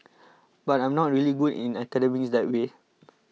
but I'm not really good in academics that way